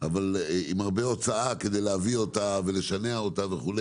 עם הרבה הוצאה כדי להביא אותה ולשנע אותה וכו',